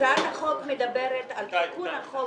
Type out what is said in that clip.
הצעת החוק מדברת על תיקון חוק